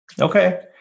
Okay